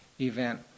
event